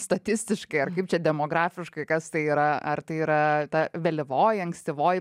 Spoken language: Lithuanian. statistiškai ar kaip čia demografiškai kas tai yra ar tai yra ta vėlyvoji ankstyvoji